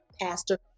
pastor